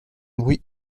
bruit